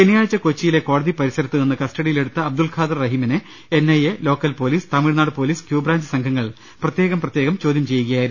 ശനിയാഴ്ച കൊച്ചിയിലെ കോടതി പരിസരത്തുനിന്ന് കസ്റ്റഡിയിലെടുത്ത അബ്ദുൾഖാദർ റഹിമിനെ N I A local police Tamil Nadu police Q branch സംഘങ്ങൾ പ്രത്യേകം പ്രത്യേകം ചോദ്യം ചെയ്യുകയായിരുന്നു